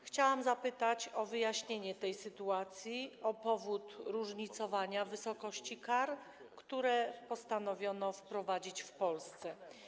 Chciałam poprosić o wyjaśnienie tej sytuacji, zapytać o powód różnicowania wysokości kar, które postanowiono wprowadzić w Polsce.